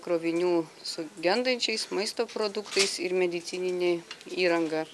krovinių su gendančiais maisto produktais ir medicinine įranga